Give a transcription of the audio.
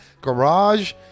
garage